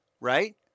right